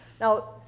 Now